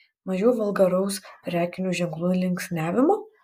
mažiau vulgaraus prekinių ženklų linksniavimo